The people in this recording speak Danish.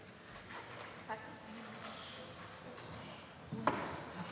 Tak